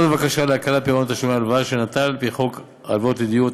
בבקשה להקלה בפירעון תשלומי ההלוואה שנטל לפי חוק הלוואות לדיור,